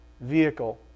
vehicle